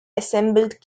assembled